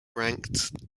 ranked